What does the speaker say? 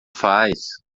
faz